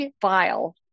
file